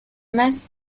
mass